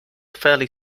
fairly